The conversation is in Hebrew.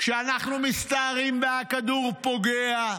כשאנחנו מסתערים והכדור פוגע,